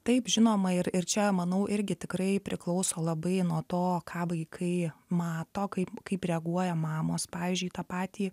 taip žinoma ir ir čia manau irgi tikrai priklauso labai nuo to ką vaikai mato kaip kaip reaguoja mamos pavyzdžiui tą patį